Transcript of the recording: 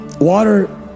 Water